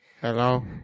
Hello